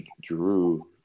Drew